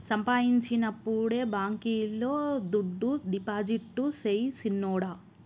సంపాయించినప్పుడే బాంకీలో దుడ్డు డిపాజిట్టు సెయ్ సిన్నోడా